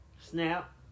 Snap